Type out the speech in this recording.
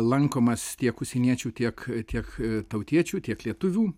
lankomas tiek užsieniečių tiek tiek tautiečių tiek lietuvių